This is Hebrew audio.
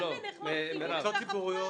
מה הזיקו חכמים.